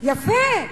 יפה,